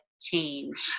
change